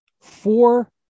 four